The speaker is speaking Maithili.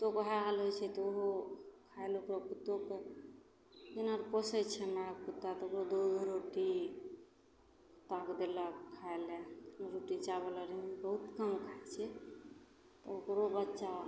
कुत्तोके वएह हाल होइ छै तऽ ओहो खाइ ले ओकरा कुत्तोके जेना पोसै छै हमरा आओर कुत्ता दूध रोटी कुत्ताके देलक खाइ ले रोटी चावल आओर बहुत कम खाइ छै तऽ ओकरो बच्चा